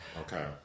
Okay